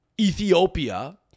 Ethiopia